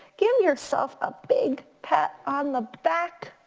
give yourself a big pat on the back.